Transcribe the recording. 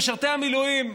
משרתי המילואים,